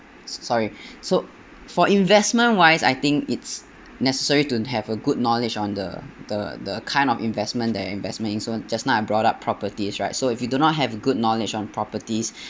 so~ sorry so for investment wise I think it's necessary to have a good knowledge on the the the kind of investment that investment in so just now I brought up properties right so if you do not have a good knowledge on properties